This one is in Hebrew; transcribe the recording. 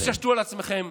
תתעשתו על עצמכם.